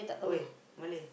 !oi! Malay